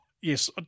Yes